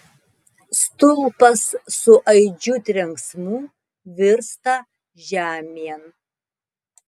stulpas su aidžiu trenksmu virsta žemėn